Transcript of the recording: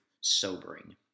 sobering